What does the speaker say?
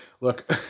Look